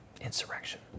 Insurrection